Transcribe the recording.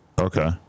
Okay